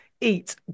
eat